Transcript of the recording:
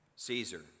Caesar